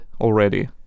already